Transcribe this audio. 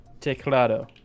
Teclado